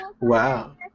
Wow